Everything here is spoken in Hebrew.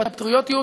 הפטריוטיות,